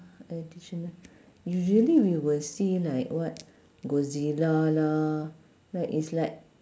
additional usually we would see like what godzilla lah like it's like